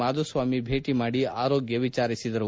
ಮಾಧುಸ್ವಾಮಿ ಭೇಟಿ ಮಾಡಿ ಆರೋಗ್ಯ ವಿಚಾರಿಸಿದರು